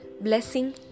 blessing